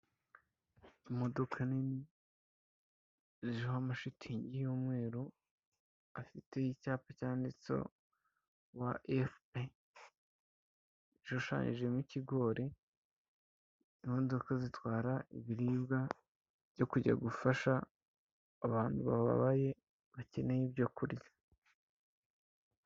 Imodoka nini, ziriho amashitingi y'umweru, afite icyapa cyanditseho wa efupe zishushanyijemo ikigori, imodoka zitwara ibiribwa byo kujya gufasha abantu bababaye bakeneye ibyo kurya.